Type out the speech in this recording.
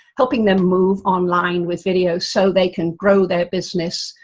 helping them move online with video, so they can grow their business,